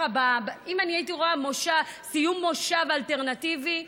אם הייתי רואה סיום מושב אלטרנטיבי,